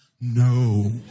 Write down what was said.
no